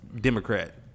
Democrat